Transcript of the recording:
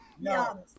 No